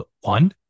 one